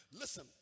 listen